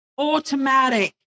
automatic